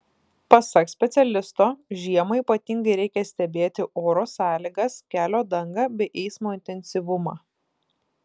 pasak specialisto žiemą ypatingai reikia stebėti oro sąlygas kelio dangą bei eismo intensyvumą